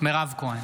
מירב כהן,